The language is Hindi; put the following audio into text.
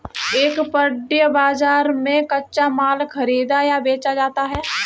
एक पण्य बाजार में कच्चा माल खरीदा या बेचा जाता है